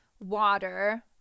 water